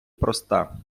проста